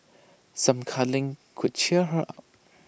some cuddling could cheer her up